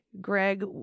Greg